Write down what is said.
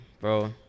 bro